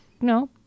No